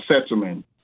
settlement